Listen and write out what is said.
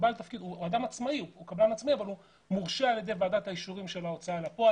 תפקיד שמורשה על ידי ועדת האישורים של ההוצאה לפועל,